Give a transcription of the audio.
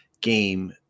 game